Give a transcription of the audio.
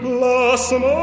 Blossom